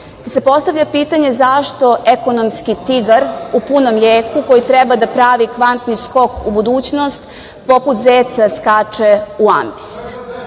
se postavlja pitanje zašto ekonomski tigar u punom jeku, koji treba da pravi kvatni skok u budućnost, poput zeca skače u ambis?